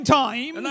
time